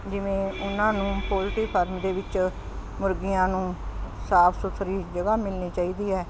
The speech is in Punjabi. ਜਿਵੇਂ ਉਹਨਾਂ ਨੂੰ ਪੋਲਟਰੀ ਫਰਮ ਦੇ ਵਿੱਚ ਮੁਰਗੀਆਂ ਨੂੰ ਸਾਫ਼ ਸੁਥਰੀ ਜਗ੍ਹਾ ਮਿਲਣੀ ਚਾਹੀਦੀ ਹੈ